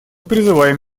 призываем